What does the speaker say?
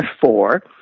Four